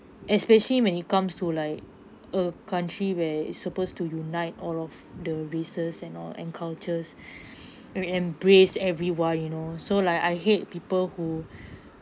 especially when it comes to like a country where it's supposed to unite all of the races and all and cultures and embrace everyone you know so like I hate people who